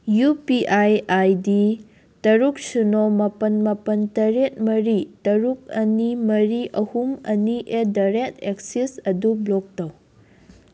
U P I I D ꯇꯔꯨꯛ ꯁꯤꯅꯣ ꯃꯥꯄꯜ ꯃꯥꯄꯜ ꯇꯔꯦꯠ ꯃꯔꯤ ꯇꯔꯨꯛ ꯑꯅꯤ ꯃꯔꯤ ꯑꯍꯨꯝ ꯑꯅꯤ ꯑꯦꯠ ꯗ ꯔꯦꯠ ꯑꯦꯛꯁꯤꯁ ꯑꯗꯨ ꯕ꯭ꯂꯣꯛ ꯇꯧ